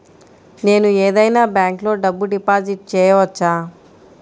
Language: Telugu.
నేను ఏదైనా బ్యాంక్లో డబ్బు డిపాజిట్ చేయవచ్చా?